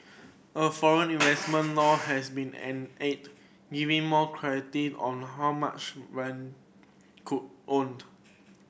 a foreign investment law has been giving more clarity on how much could owned